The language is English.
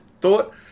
thought